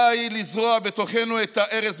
די לזרוע בתוכנו את הארס,